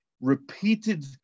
repeated